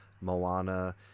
Moana